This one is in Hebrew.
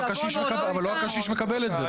אבל לא הקשיש מקבל את זה.